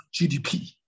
GDP